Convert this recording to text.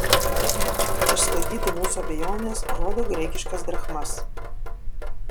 kad išsklaidytų mūsų abejones rodo graikiškas drachmas